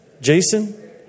Jason